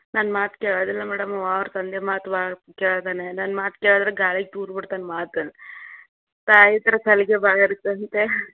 ನನ್ನ ಮಾತು ಕೇಳೋದಿಲ್ಲ ಮೇಡಮ್ ಅವ್ರ ತಂದೆ ಮಾತು ಮಾತು ಕೇಳ್ತಾನೆ ನನ್ನ ಮಾತು ಕೇಳ್ದ್ರೆ ಗಾಳಿಗೆ ತೂರ್ಬಿಡ್ತಾನೆ ಮಾತು ತಾಯತ್ತಿರ ಸಲಿಗೆ ಭಾಳ ಇರತ್ತೆ ಅಂತೆ